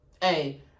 hey